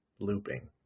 looping